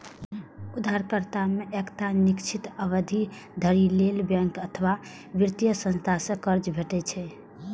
उधारकर्ता कें एकटा निश्चित अवधि धरि लेल बैंक अथवा वित्तीय संस्था सं कर्ज भेटै छै